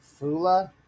Fula